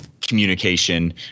communication